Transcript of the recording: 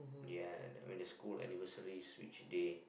ya I mean the school anniversary switch day